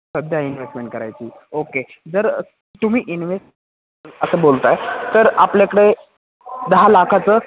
सध्या इन्व्हेस्टमेंट करायची ओके जर तुम्ही इन्वेस्ट असं बोलत आहे तर आपल्याकडे दहा लाखाचं